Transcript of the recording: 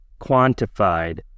quantified